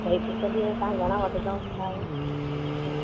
त हिकु ॾींहुं में तव्हां घणा वठंदा आहियो छा आहे